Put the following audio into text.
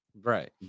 Right